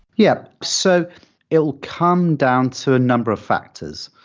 yeah. so it will come down to a number of factors,